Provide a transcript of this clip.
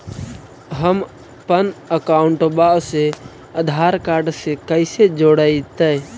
हमपन अकाउँटवा से आधार कार्ड से कइसे जोडैतै?